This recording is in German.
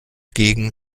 gegen